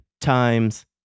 times